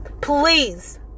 Please